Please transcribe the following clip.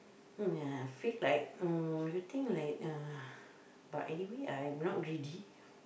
mm ya feel like uh you think like uh but anyway I am not greedy